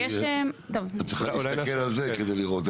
את צריכה להסתכל עליה כדי לראות.